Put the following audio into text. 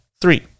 three